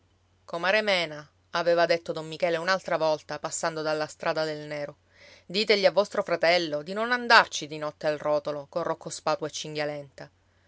comare mena aveva detto don michele un'altra volta passando dalla strada del nero ditegli a vostro fratello di non andarci di notte al rotolo con rocco spatu e